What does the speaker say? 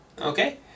okay